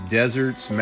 deserts